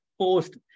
post